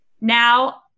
Now